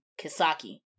Kisaki